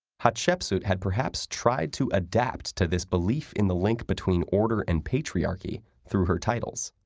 hatshepsut had perhaps tried to adapt to this belief in the link between order and patriarchy through her titles.